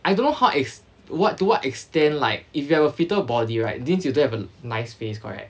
I don't know how ex~ to what to what extent like if you have a fitter body right means you don't have a nice face correct